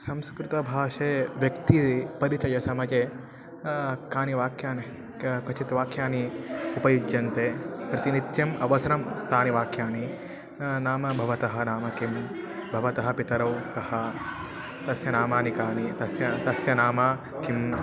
संस्कृतभाषायां व्यक्तिपरिचयसमये कानि वाक्यानि कानि क्वचित् वाक्यानि उपयुज्यन्ते प्रतिनित्यम् अवसनं तानि वाक्यानि नाम भवतः नाम किं भवतः पितरौ कौ तस्य नामानि कानि तस्य तस्य नाम किं